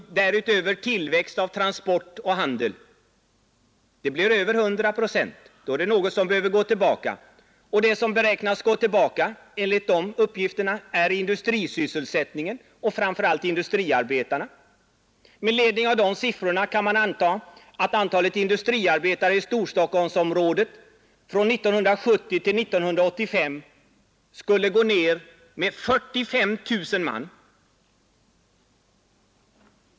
Därtill kommer tillväxten av transport och handel. Det blir över 100 procent. Då är det något som behöver gå tillbaka. Vad som beräknas gå tillbaka enligt de uppgifterna är industrisysselsättningen, och framför allt beräknas antalet industriarbetare minska. Med ledning av de siffrorna kan man anta att antalet industriarbetare i Storstockholmsområdet 1970—1985 skulle minska med 45 000 man.